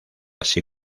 así